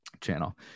channel